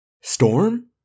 Storm